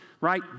right